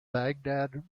baghdad